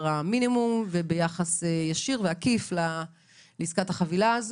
המינימום וביחס ישיר ועקיף לעסקת החבילה.